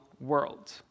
world